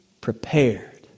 prepared